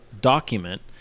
document